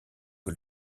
que